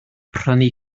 prynu